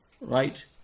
Right